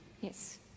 Yes